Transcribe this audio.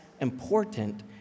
important